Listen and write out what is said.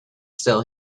still